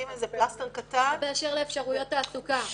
פלסטר קטן -- מה באשר אפשרויות תעסוקה?